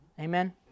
Amen